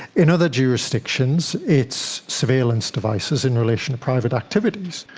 in other jurisdictions it's surveillance devices in relation to private activities.